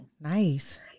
Nice